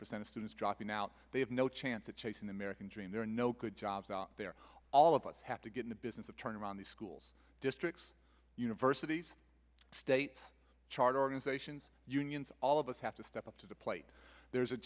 percent of students dropping out they have no chance of chasing the american dream there are no good jobs out there all of us have to get in the business of turning around these schools districts universities state charter organizations unions all of us have to step up to the plate there